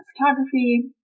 Photography